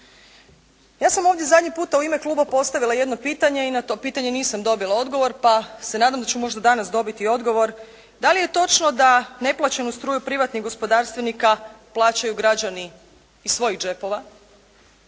Ja sam ovdje zadnji puta u ime Kluba postavila jedno pitanje i na to pitanje nisam dobila odgovor pa se nadam da ću možda danas dobiti odgovor. Da li je točno da neplaćenu struju privatnih gospodarstvenika plaćaju građani iz svojih džepova?